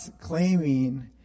claiming